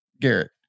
Garrett